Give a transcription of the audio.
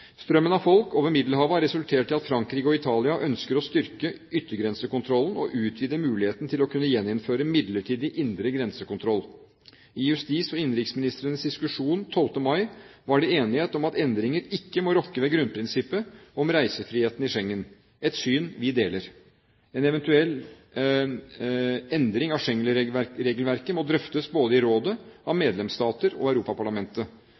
Strømmen av folk over Middelhavet har resultert i at Frankrike og Italia ønsker å styrke yttergrensekontrollen og utvide muligheten til å kunne gjeninnføre midlertidig indre grensekontroll. I justis- og innenriksministrenes diskusjon 12. mai var det enighet om at endringer ikke må rokke ved grunnprinsippet om reisefriheten i Schengen; et syn vi deler. En eventuell endring av Schengen-regelverket må drøftes både i rådet, av medlemsstater og i Europaparlamentet.